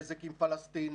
נזק עם הפלסטינים,